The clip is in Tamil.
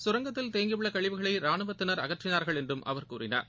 கரங்கத்தில் தேங்கியுள்ளகழிவுகளைரானுவத்தின் அகற்றினார்கள் என்றும் அவர் கூறினார்